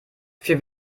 für